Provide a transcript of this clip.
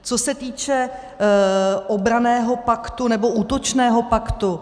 Co se týče obranného paktu nebo útočného paktu.